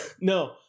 no